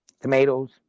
Tomatoes